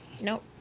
Nope